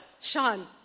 Sean